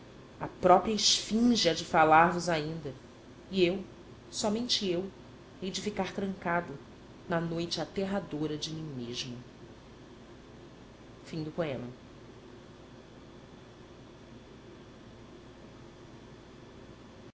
a própria esfinge há de falar vos ainda e eu somente eu hei de ficar trancado na noite aterradora de mim mesmo das